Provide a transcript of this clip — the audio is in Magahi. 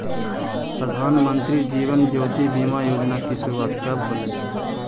प्रधानमंत्री जीवन ज्योति बीमा योजना की शुरुआत कब होलई